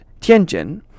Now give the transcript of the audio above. Tianjin